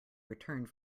returned